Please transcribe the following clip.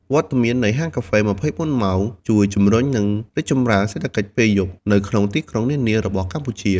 វត្តមាននៃហាងកាហ្វេ ២៤ ម៉ោង ជួយ ជំរុញ និងរីកចម្រើន "សេដ្ឋកិច្ចពេលយប់" នៅក្នុងទីក្រុងនានារបស់កម្ពុជា។